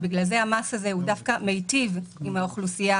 לכן המס הזה דווקא מיטיב עם האוכלוסייה